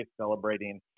celebrating